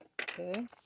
Okay